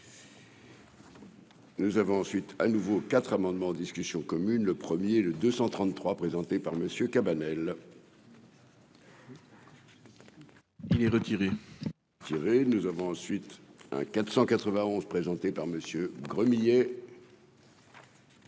Nous avons ensuite à nouveau 4 amendements en discussion commune le premier le 233 présenté par monsieur Cabanel. Il est retiré. Thierry nous avons ensuite hein 491 présenté par Gremillet.